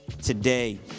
Today